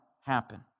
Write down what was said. happen